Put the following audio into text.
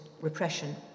repression